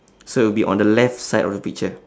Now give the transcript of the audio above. so it would be on the left side of the picture